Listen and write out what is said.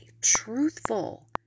Truthful